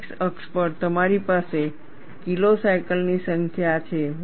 x અક્ષ પર તમારી પાસે કિલોસાયકલની સંખ્યા છે